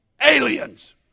aliens